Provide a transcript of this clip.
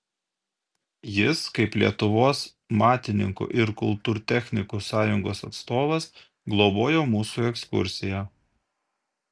jis kaip lietuvos matininkų ir kultūrtechnikų sąjungos atstovas globojo mūsų ekskursiją